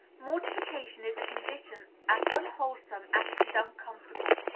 mortification is a condition as unwholesome as it is uncomfortable.